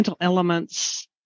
elements